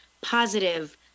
positive